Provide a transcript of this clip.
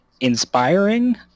inspiring